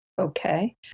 Okay